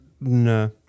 No